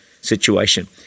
situation